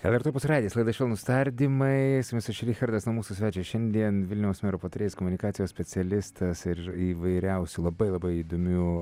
lrt opus radijas laida švelnūs tardymai su jumis aš richardas na mūsų svečias šiandien vilniaus mero patarėjas komunikacijos specialistas ir įvairiausių labai labai įdomių